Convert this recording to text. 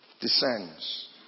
descends